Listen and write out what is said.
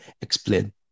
Explain